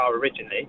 originally